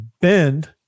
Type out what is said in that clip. Bend